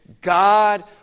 God